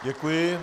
Děkuji.